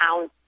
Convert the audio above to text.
ounce